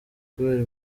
kubera